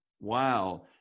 Wow